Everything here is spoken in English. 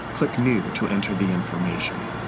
click new to enter the information.